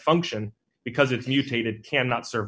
function because if you feed it cannot serve